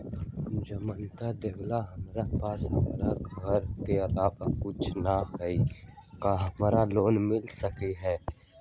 जमानत देवेला हमरा पास हमर घर के अलावा कुछो न ही का हमरा लोन मिल सकई ह?